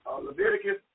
Leviticus